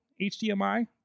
HDMI